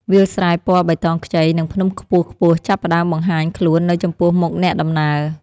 វាលស្រែពណ៌បៃតងខ្ចី និងភ្នំខ្ពស់ៗចាប់ផ្ដើមបង្ហាញខ្លួននៅចំពោះមុខអ្នកដំណើរ។